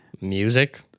Music